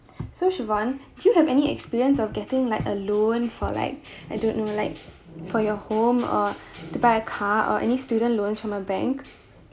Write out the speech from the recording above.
so chivonne do you have any experience of getting like a loan for like I don't know like for your home or to buy a car or any student loans from a bank